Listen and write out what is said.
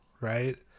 right